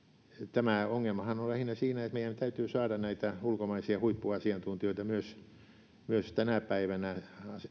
tämä ongelmahan on lähinnä siinä että meidän täytyy saada näitä ulkomaisia huippuasiantuntijoita myös myös tänä päivänä